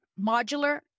modular